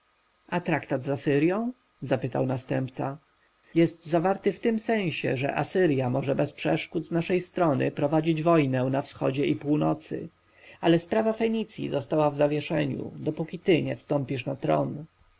a traktat z asyrją zapytał następca jest zawarty w tym sensie że asyrja może bez przeszkód z naszej strony prowadzić wojnę na wschodzie i północy ale sprawa fenicji została w zawieszeniu dopóki ty nie wstąpisz na tron